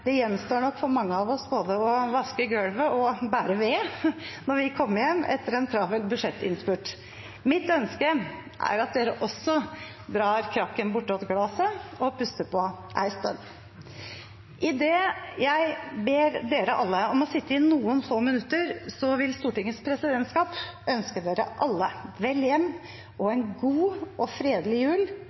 det gjenstår nok for mange av oss både å vaske golvet og bære ved når vi kommer hjem etter en travel budsjettinnspurt. Mitt ønske er at dere også drar «krakken bortåt glaset» og puster på en stund. Idet jeg ber dere alle om å sitte i noen få minutter, vil Stortingets presidentskap ønske dere alle vel hjem og en god og fredelig jul